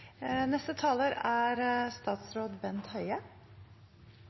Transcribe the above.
Neste taler er